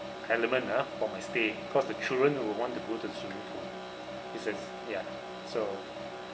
element ah for my stay because the children would want to go to the swimming pool it's a ya so